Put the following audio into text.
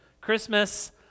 Christmas